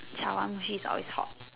chawanmushi is always hot